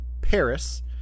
paris